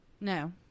No